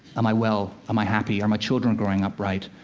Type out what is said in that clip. am i well? am i happy? are my children growing up right?